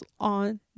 on